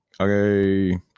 okay